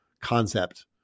concept